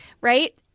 right